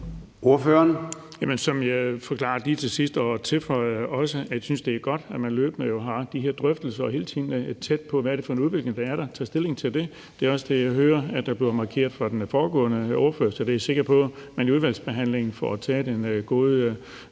Jamen som jeg forklarede lige til sidst og tilføjede også, synes jeg, det er godt, at man løbende har de her drøftelser og hele tiden er tæt på, hvad det er for en udvikling, der er, og tager stilling til det. Det er også det, jeg hører bliver markeret fra den foregående ordfører, så jeg er sikker på, man i udvalgsbehandlingen får taget en god